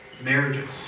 marriages